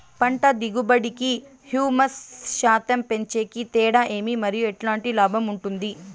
పంట దిగుబడి కి, హ్యూమస్ శాతం పెంచేకి తేడా ఏమి? మరియు ఎట్లాంటి లాభం ఉంటుంది?